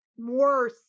more